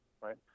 right